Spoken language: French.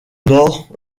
nord